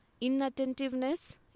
inattentiveness